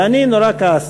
ואני נורא כעסתי,